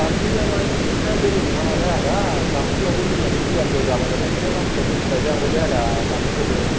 जाम्फैया माने अखाया बोलो नङानालाय आदा जाम्फैयावबो दैयानो फैया फैया जाबाय नालाय ओंखायनो मानसिफ्रा गोसो बायलाय लांबायलै आदा जाम्फैखौबो